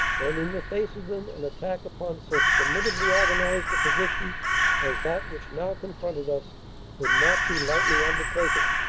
and in the face of them an attack upon so formidably organized a position as that which now confronted us could not be lightly undertaken.